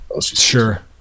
Sure